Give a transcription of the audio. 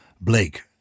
Blake